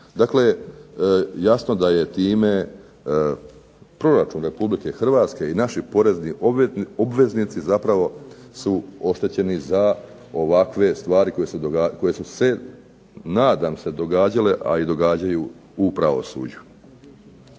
Dakle jasno da je time proračun Republike Hrvatske i naši porezni obveznici zapravo su oštećeni za ovakve stvari koje su se nadam se događale, a i događaju u pravosuđu.